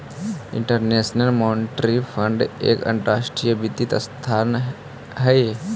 international monetary fund एक अंतरराष्ट्रीय वित्तीय संस्थान हई